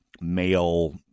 male